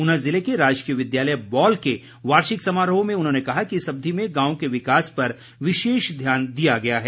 ऊना ज़िले के राजकीय विद्यालय बौल के वार्षिक समारोह में उन्होंने कहा कि इस अवधि में गांवों के विकास पर विशेष ध्यान दिया गया है